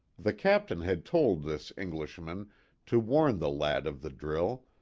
the captain had told this englishman to warn the lad of the drill,